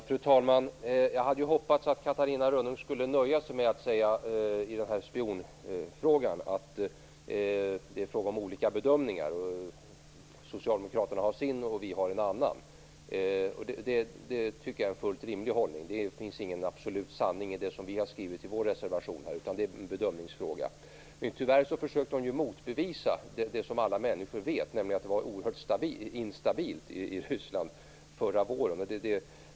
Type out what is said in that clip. Fru talman! Jag hade hoppats att Catarina Rönnung skulle nöja sig med att säga att det är fråga om olika bedömningar i den här spionfrågan. Socialdemokraterna gör sin bedömning, och vi gör en annan. Det är en fullt rimlig hållning. Det finns ingen absolut sanning i det som vi har skrivit i vår reservation. Det är en bedömningsfråga. Tyvärr försökte Catarina Rönnung motbevisa det som alla människor vet, nämligen att det var oerhört instabilt i Ryssland förra våren.